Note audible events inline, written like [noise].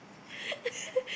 [laughs]